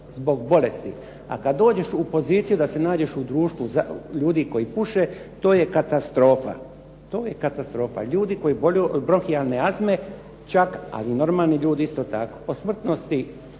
zbog bolesti. A kad dođeš u poziciju da se nađeš u društvu ljudi koji puše to je katastrofa. Ljudi koji boluju od bronhijalne astme čak ali i normalni ljudi isto tako. Po smrtnosti